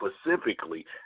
specifically